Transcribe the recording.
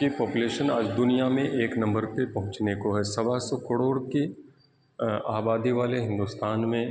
کہ پاپولیشن آج دنیا میں ایک نمبر پہ پہنچنے کو ہے سوا سو کروڑ کی آبادی والے ہندوستان میں